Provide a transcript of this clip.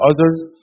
others